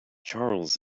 charles